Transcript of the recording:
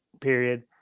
period